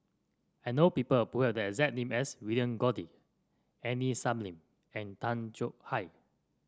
I know people who have the exact name as William Goode Aini Salim and Tay Chong Hai